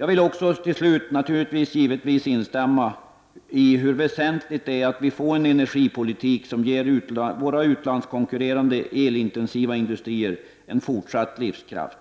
Avslutningsvis vill jag naturligtvis instämma i hur väsentligt det är att vi får en energipolitik som ger våra utlandskonkurrerande elintensiva industrier en fortsatt livskraft.